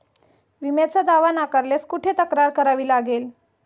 विम्याचा दावा नाकारल्यास कुठे तक्रार करावी लागेल?